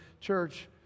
church